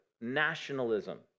nationalism